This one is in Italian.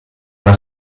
una